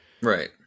Right